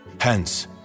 Hence